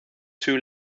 too